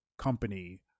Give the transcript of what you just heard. company